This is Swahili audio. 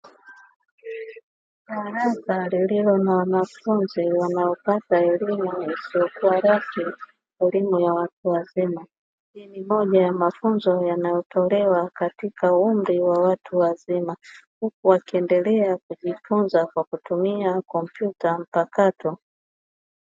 Baraza lililo na wanafunzi wanaopata elimu isiyo kuwa rasmi, elimu ya watu wazima. Hii ni moja ya mafunzo yanayotolewa katika umri wa watu wazima huku wakiendelea kujifunza kwa kutumia kompyuta mpakato.